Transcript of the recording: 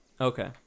Okay